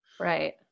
right